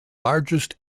largest